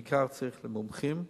בעיקר צריך מומחים ל-MRI,